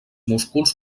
músculs